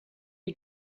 you